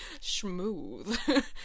Smooth